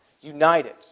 United